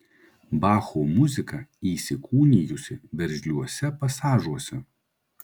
bacho muzika įsikūnijusi veržliuose pasažuose